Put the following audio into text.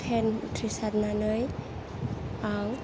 ten उथ्रिसारनानै आं